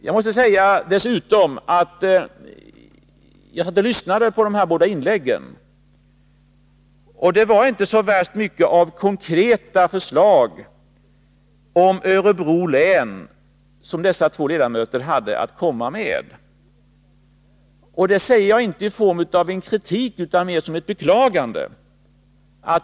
När jag satt och lyssnade på dessa båda inlägg kunde jag konstatera att det inte var så värst mycket av konkreta förslag för Örebro län som dessa två ledamöter hade att komma med. Det säger jag inte i form av kritik, utan mer som ett beklagande.